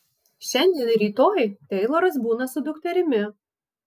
šiandien ir rytoj teiloras būna su dukterimi